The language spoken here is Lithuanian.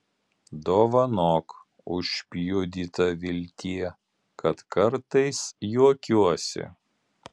dovanok užpjudyta viltie kad kartais juokiuosi